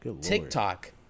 TikTok